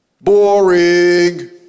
Boring